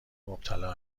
مبتلا